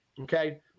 Okay